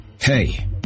Hey